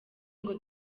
ngo